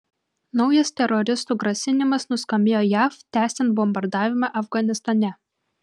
naujas teroristų grasinimas nuskambėjo jav tęsiant bombardavimą afganistane